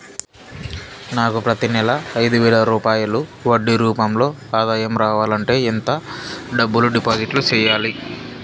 నాకు ప్రతి నెల ఐదు వేల రూపాయలు వడ్డీ రూపం లో ఆదాయం రావాలంటే ఎంత డబ్బులు డిపాజిట్లు సెయ్యాలి?